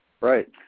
Right